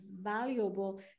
valuable